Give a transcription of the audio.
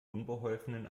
unbeholfenen